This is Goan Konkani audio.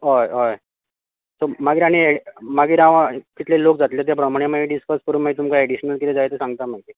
होय होय पूण मागीर आनी मागीर हांव कितले लोक जातले ते प्रमाण मागीर डिस्कस करून मागीर तुमकां एडिशनल कितें जाय तें सांगतां मागीर